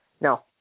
No